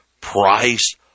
price